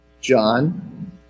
John